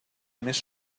més